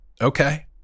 okay